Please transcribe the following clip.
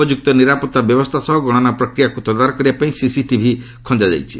ଉପଯୁକ୍ତ ନିରାପତ୍ତା ବ୍ୟବସ୍ଥା ସହ ଗଣନା ପ୍ରକ୍ରିୟାକୁ ତଦାରଖ କରିବା ପାଇଁ ସିସିଟଭି ଖଞ୍ଜାଯାଇଛି